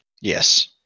Yes